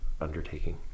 undertaking